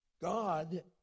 God